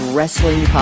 Wrestling